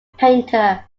painter